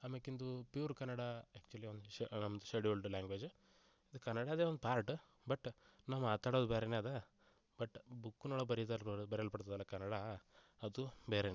ಅಮೇಲಿಂದು pure Kannada actually ಒಂದು scheduled language ಕನ್ನಡದೇ ಒಂದು ಪಾರ್ಟ್ ಬಟ್ ನಾವು ಮಾತಾಡೋದು ಬೇರೇ ಅದ ಬಟ್ ಬುಕ್ನೊಳಗೆ ಬರಿತಾರೆ ಬರೆಯಲ್ಪಡುತದ್ದಲ್ಲ ಕನ್ನಡ ಅದು ಬೇರೇ ಅದ